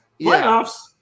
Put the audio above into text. playoffs